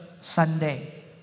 Sunday